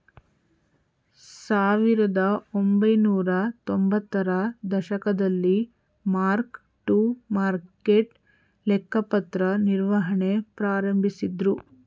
ಸಾವಿರದಒಂಬೈನೂರ ತೊಂಬತ್ತರ ದಶಕದಲ್ಲಿ ಮಾರ್ಕ್ ಟು ಮಾರ್ಕೆಟ್ ಲೆಕ್ಕಪತ್ರ ನಿರ್ವಹಣೆ ಪ್ರಾರಂಭಿಸಿದ್ದ್ರು